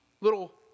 little